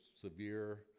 severe